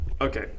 Okay